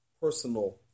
personal